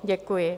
Děkuji.